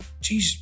Jeez